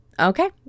Okay